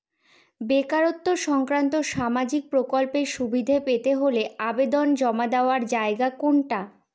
বেকারত্ব সংক্রান্ত সামাজিক প্রকল্পের সুবিধে পেতে হলে আবেদন জমা দেওয়ার জায়গা কোনটা?